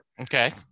Okay